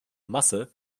masse